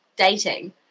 dating